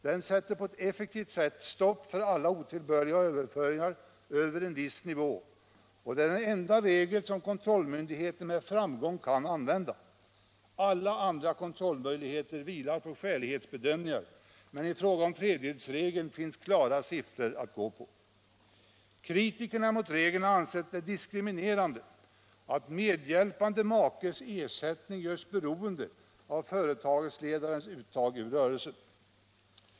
Den sätter på ett effektivt sätt stopp för alla otillbörliga överföringar över en viss nivå, och den är den enda regel som kontrollmyndigheten med framgång kan använda. Alla andra kontrollmöjligheter vilar på skälighetsbedömningar, men i fråga om tredjedelsregeln finns klara siffror att gå på. Kritikerna mot regeln har ansett det diskriminerande att medhjälpande makes ersättning görs beroende av företagsledarens uttag ur rörelsen.